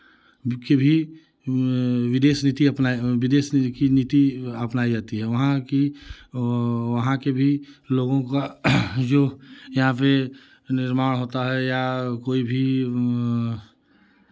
भी विदेश नीति अपनाए विदेश नी नीति अपनाए जाती है वहाँ की वहाँ के भी लोगों का जो यहाँ पे निर्माण होता है या कोई भी